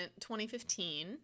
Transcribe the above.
2015